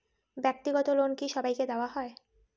ব্যাক্তিগত লোন কি সবাইকে দেওয়া হয়?